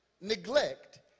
neglect